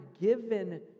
given